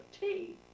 tea